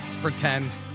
pretend